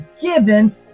given